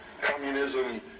communism